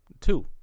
Two